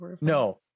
No